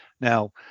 now